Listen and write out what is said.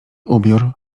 ubiór